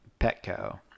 Petco